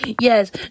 Yes